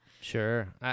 Sure